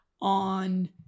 on